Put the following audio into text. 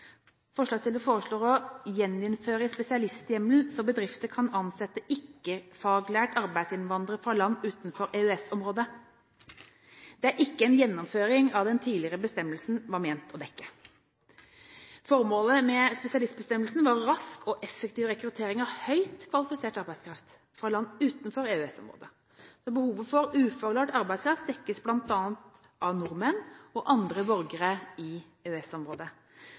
Forslagsstiller foreslår å gjeninnføre spesialisthjemmelen, slik at bedrifter kan ansette ikke-faglærte arbeidsinnvandrere fra land utenfor EØS-området. Det er ikke en gjeninnføring av det den tidligere bestemmelsen var ment å dekke. Formålet med spesialistbestemmelsen var rask og effektiv rekruttering av høyt kvalifisert arbeidskraft fra land utenfor EØS-området. Behovet for ufaglært arbeidskraft dekkes bl.a. av nordmenn og andre borgere i